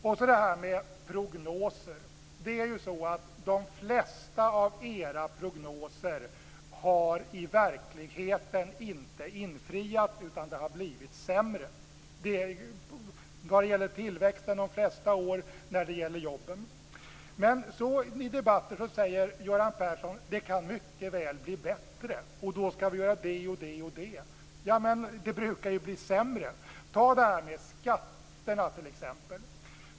Beträffande detta med prognoser så har de flesta av era prognoser i verkligheten inte infriats, utan det har blivit sämre - det gäller tillväxten under de flesta åren, och det gäller jobben. Men i debatter säger Göran Persson att det mycket väl kan bli bättre och att man då skall göra både det och det. Ja, men det brukar ju bli sämre. Ta detta med t.ex. skatterna.